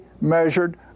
measured